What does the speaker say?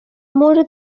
মোৰ